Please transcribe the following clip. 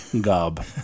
Gob